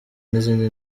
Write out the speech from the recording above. n’izindi